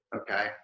Okay